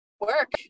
work